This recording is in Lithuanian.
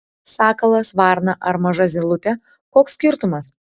sakalas varna ar maža zylutė koks skirtumas